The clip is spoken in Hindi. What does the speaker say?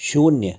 शून्य